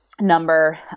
number